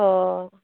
ᱚᱻ ᱟᱪᱪᱷᱟ ᱟᱪᱪᱷᱟ